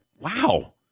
Wow